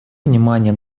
внимание